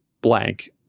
blank